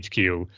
HQ